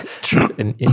true